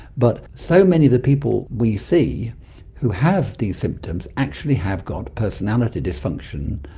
but so many of the people we see who have these symptoms actually have got personality dysfunction.